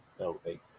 Okay